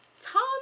Tom